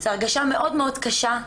זו הרגשה מאוד מאוד קשה.